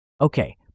Okay